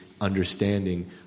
understanding